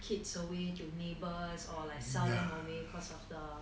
kids away to neighbours or like sell them away because of the